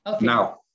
Now